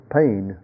pain